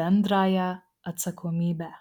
bendrąją atsakomybę